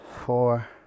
four